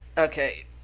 Okay